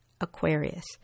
Aquarius